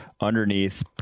underneath